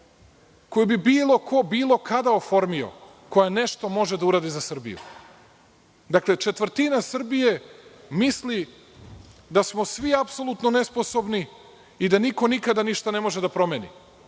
koju bi bilo ko, bilo kada oformio, koja nešto može da uradi za Srbiju. Dakle, četvrtina Srbije misli da smo svi apsolutno nesposobni i da nam niko nikada ne može da promeni.